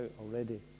already